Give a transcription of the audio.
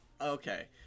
Okay